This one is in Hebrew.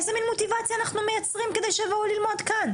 איזו מוטיבציה אנחנו מייצרים כדי שיבואו ללמוד כאן?